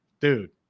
Dude